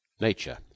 Nature